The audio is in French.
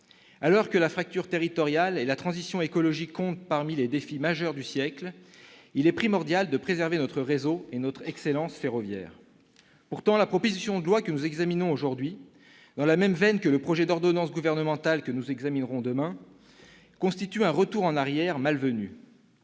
Alors que la fracture territoriale et la transition écologique comptent parmi les défis majeurs du siècle, il est primordial de préserver notre réseau et notre excellence ferroviaires. La proposition de loi que nous examinons aujourd'hui, dans la même veine que le projet d'ordonnances gouvernementales que nous examinerons demain, constitue un retour en arrière malvenu.